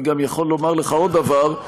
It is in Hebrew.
אני גם יכול לומר לך עוד דבר.